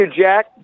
Jack